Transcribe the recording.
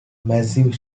massive